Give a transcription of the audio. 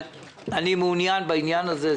שאני מעוניין בעניין הזה.